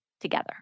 together